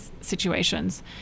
situations